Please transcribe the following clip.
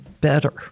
better